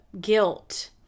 guilt